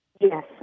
yes